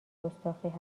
گستاخی